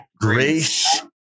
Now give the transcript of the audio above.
grace